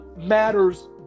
matters